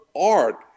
art